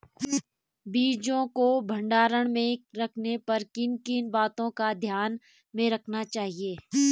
बीजों को भंडारण में रखने पर किन किन बातों को ध्यान में रखना चाहिए?